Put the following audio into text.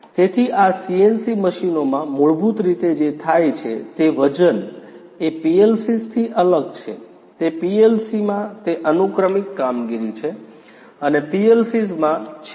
તેથી આ સીએનસી મશીનોમાં મૂળભૂત રીતે જે થાય છે તે વજન એ PLCs થી અલગ છે તે PLC માં તે અનુક્રમિક કામગીરી છે અને PLCs માં છે